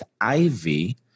Ivy